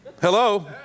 Hello